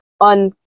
on